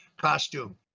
costume